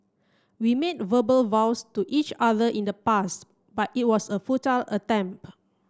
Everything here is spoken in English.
we made verbal vows to each other in the past but it was a futile attempt